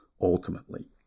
ultimately